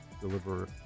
deliver